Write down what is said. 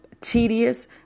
tedious